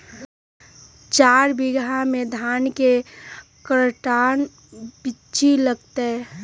चार बीघा में धन के कर्टन बिच्ची लगतै?